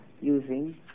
using